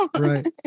Right